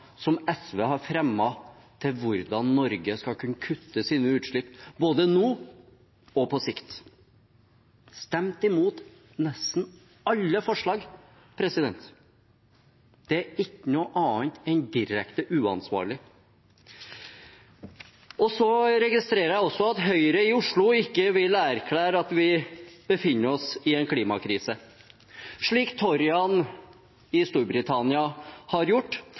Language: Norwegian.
som SV har fremmet om hvordan Norge skal kunne kutte sine utslipp, både nå og på sikt. De har stemt imot nesten alle forslag. Det er ikke noe annet enn direkte uansvarlig. Jeg registrerer også at Høyre i Oslo ikke vil erklære at vi befinner oss i en klimakrise, slik toryene i Storbritannia har gjort,